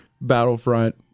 Battlefront